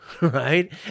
right